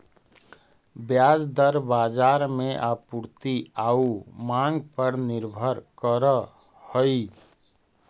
ब्याज दर बाजार में आपूर्ति आउ मांग पर निर्भर करऽ हइ